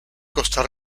costa